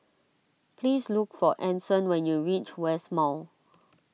please look for Anson when you reach West Mall